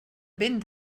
vent